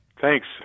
Thanks